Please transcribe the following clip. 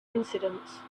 incidents